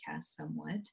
somewhat